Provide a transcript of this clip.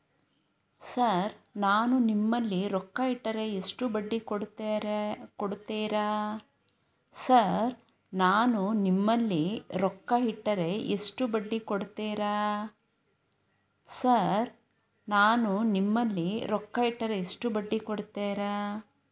Sir ನಾನು ನಿಮ್ಮಲ್ಲಿ ರೊಕ್ಕ ಇಟ್ಟರ ಎಷ್ಟು ಬಡ್ಡಿ ಕೊಡುತೇರಾ?